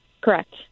Correct